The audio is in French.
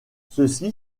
ceci